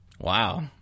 Wow